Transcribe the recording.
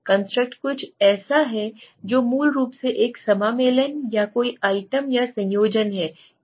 construct कुछ ऐसा है जो मूल रूप से एक समामेलन या कई आइटम का संयोजन है